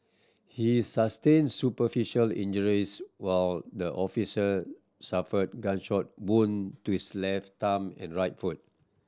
he sustained superficial injuries while the officer suffered gunshot wound to his left thumb and right foot